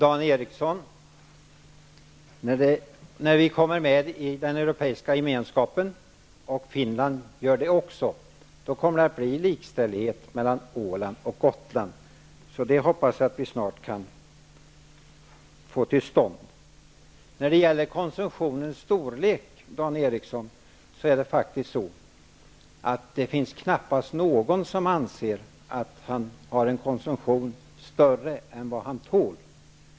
Herr talman! När vi kommer med i den europeiska gemenskapen, Dan Eriksson i Stockholm, och också Finland gör det, kommer det att bli likställighet mellan Åland och Gotland. Det hoppas jag att vi snart kan få till stånd. När det gäller konsumtionens storlek, Dan Eriksson, finns det knappast någon som anser att han har en konsumtion som är större än vad han tål.